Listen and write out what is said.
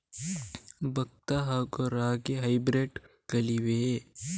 ಭತ್ತ ಹಾಗೂ ರಾಗಿಯ ಹೈಬ್ರಿಡ್ ಗಳಿವೆಯೇ?